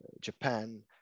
Japan